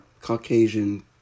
Caucasian